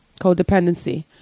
Codependency